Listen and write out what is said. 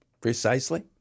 precisely